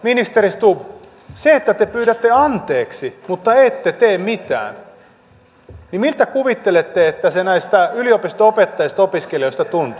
ministeri stubb te pyydätte anteeksi mutta ette tee mitään miltä kuvittelette että se näistä yliopistonopettajista ja opiskelijoista tuntuu